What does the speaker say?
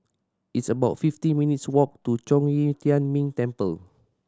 it's about fifty minutes' walk to Zhong Yi Tian Ming Temple